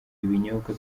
ibinyobwa